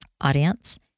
audience